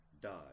died